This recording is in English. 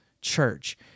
church